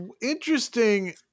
interesting